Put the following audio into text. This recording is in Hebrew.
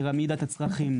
עמידה בצרכים,